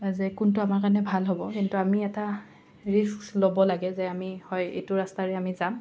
যে কোনটো আমাৰ কাৰণে ভাল হ'ব কিন্তু আমি এটা ৰিস্ক ল'ব লাগে যে আমি হয় এইটো ৰাষ্টাৰে আমি যাম